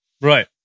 Right